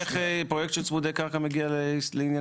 איך הפרויקט של צמודי קרקע מגיע לענייננו.